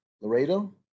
Laredo